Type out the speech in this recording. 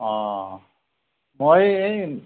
অঁ মই এই